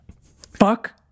Fuck